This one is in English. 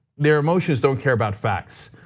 their, emotions don't care about facts.